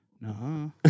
no